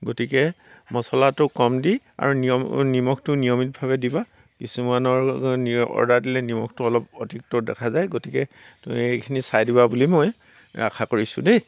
গতিকে মছলাটো কম দি আৰু নিমখটো নিয়মিতভাৱে দিবা কিছুমানৰ অৰ্ডাৰ দিলে নিমখটো অলপ অধিকতৰ দেখা যায় গতিকে এখিনি চাই দিবা বুলি মই আশা কৰিছোঁ দেই